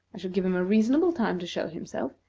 i shall give him a reasonable time to show himself,